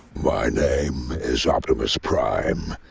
my name is optimus prime,